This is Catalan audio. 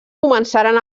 començaren